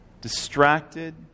distracted